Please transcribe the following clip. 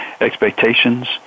expectations